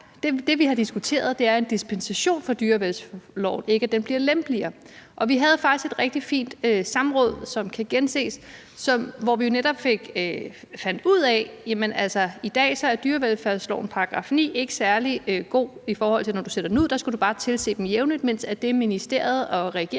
det, vi har diskuteret, er en dispensation fra dyrevelfærdsloven, ikke at den bliver lempeligere. Og vi havde faktisk et rigtig fint samråd, som man kan gense, hvor vi jo netop fandt ud af, at i dag er dyrevelfærdslovens § 9 ikke særlig god i forhold til at sætte dyrene ud, for der skal du bare tilse dem jævnligt, mens det, som ministeriet og regeringen